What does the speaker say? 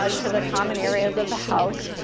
ah to the common areas of the house.